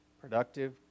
Productive